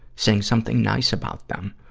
saying something nice about them,